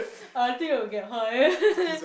uh I think you will get high